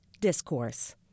discourse